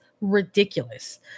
ridiculous